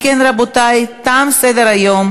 24 חברי כנסת בעד, אין מתנגדים, אין נמנעים.